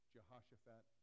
Jehoshaphat